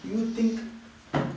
do you think